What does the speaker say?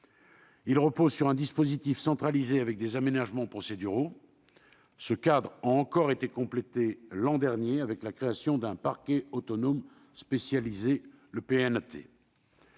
Il repose sur un dispositif centralisé avec des aménagements procéduraux. Ce cadre a encore été complété l'an dernier avec la création d'un parquet autonome spécialisé, le